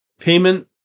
payment